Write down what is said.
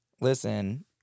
Listen